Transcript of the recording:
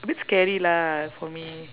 a bit scary lah for me